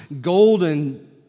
golden